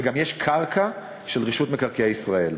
וגם יש קרקע של רשות מקרקעי ישראל,